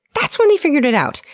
that's when he figured it out!